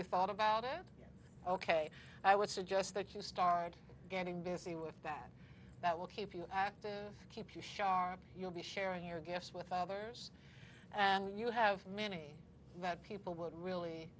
you thought about it ok i would suggest that you start getting busy with bad that will keep you active keep you sharp you'll be sharing your guest with others and you have many people would really